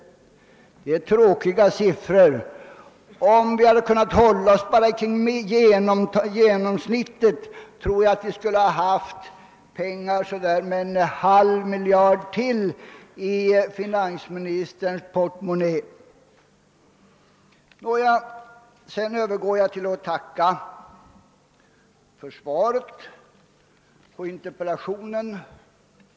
Det är ett oangenämt förhållande. Om vi hade kunnat bara hålla oss till genomsnittet, skulle finansministern troligen ha haft en halv miljard till i sin portmonnä. Jag övergår härefter till att tacka finansministern för svaret på min interpellation.